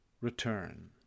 return